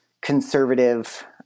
conservative